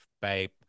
babe